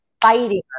fighting